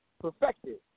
perfected